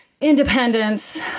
independence